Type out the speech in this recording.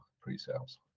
pre-sales